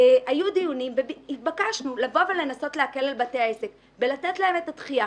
היו דיונים ונתבקשנו לבוא ולנסות להקל על בתי העסק וללתת להם את הדחייה.